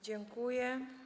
Dziękuję.